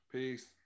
Peace